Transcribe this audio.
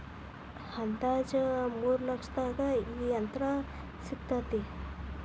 ಅಂದಾಜ ಮೂರ ಲಕ್ಷದಾಗ ಈ ಯಂತ್ರ ಸಿಗತತಿ